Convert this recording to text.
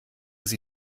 sie